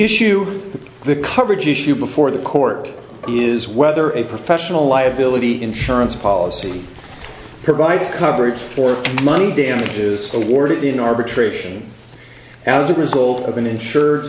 issue of the coverage issue before the court is whether a professional liability insurance policy provides coverage for money damages awarded in arbitration as a result of an insur